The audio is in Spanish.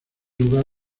lugar